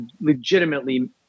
legitimately –